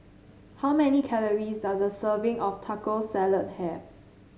how many calories does a serving of Taco Salad have